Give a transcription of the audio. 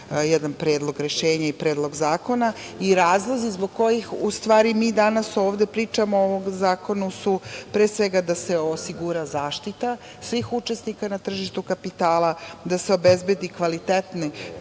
jedan predlog rešenja i predlog zakona. Razlozi zbog kojih u stvari mi danas ovde pričamo o ovom zakonu su pre svega da se osigura zaštita svih učesnika na tržištu kapitala, da se obezbedi kvalitetni